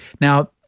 Now